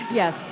yes